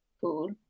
cool